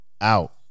Out